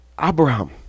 Abraham